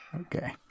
Okay